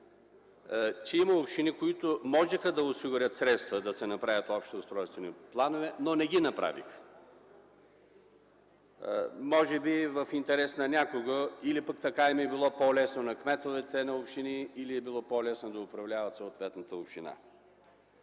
Има общини, които можеха да осигурят средства да се направят общи устройствени планове, но не ги направиха, може би в интерес на някого, може би така е било по-лесно на кметовете на общини да управляват съответната община.